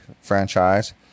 franchise